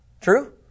True